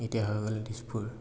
এতিয়া হৈ গ'ল দিছপুৰ